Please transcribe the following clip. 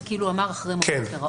זה כאילו אמר אחרי הפירעון.